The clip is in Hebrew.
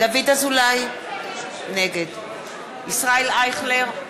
דוד אזולאי, נגד ישראל אייכלר,